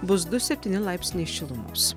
bus du septyni laipsniai šilumos